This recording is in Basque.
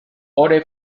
ore